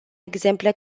exemple